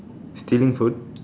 stealing food